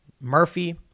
Murphy